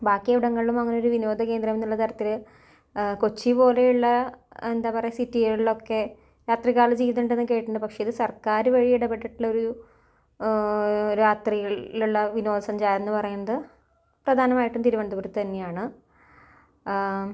ബാക്കിയവിടങ്ങളിലും അങ്ങനെ ഒരു വിനോദകേന്ദ്രം എന്നുള്ള തരത്തിൽ കൊച്ചി പോലെയുള്ള എന്താണ് പറയുക സിറ്റികളിലൊക്കെ രാത്രി കാല ജീവിതം ഉണ്ടെന്ന് കേട്ടിട്ടണ്ട് പക്ഷേ ഇത് സർക്കാർ വഴി ഇടപെട്ടിട്ടുള്ളൊരു രാത്രിയിലുള്ള വിനോദസഞ്ചാരം എന്ന് പറയുന്നത് പ്രധാനമായിട്ടും തിരുവനന്തപുരത്ത് തന്നെയാണ്